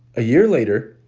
a year later,